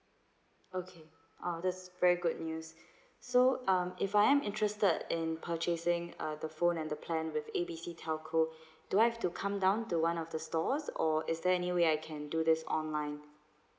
okay oh that's very good news so um if I am interested in purchasing uh the phone and the plan with A B C telco do I have to come down to one of the stores or is there anyway I can do this online